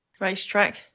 racetrack